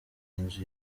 nzu